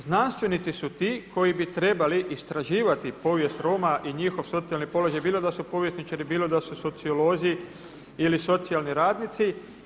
Znanstvenici su ti koji bi trebali istraživati povijest Roma i njihov socijalni položaj bilo da su povjesničari, bilo da su sociolozi ili socijalni radnici.